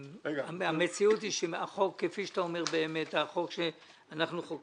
המציאות היא, כפי שאתה אומר, שהחוק שחוקקנו